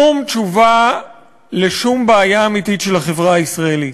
שום תשובה לשום בעיה אמיתית של החברה הישראלית,